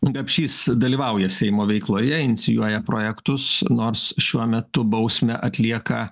gapšys dalyvauja seimo veikloje inicijuoja projektus nors šiuo metu bausmę atlieka